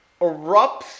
erupts